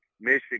Michigan